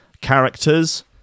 characters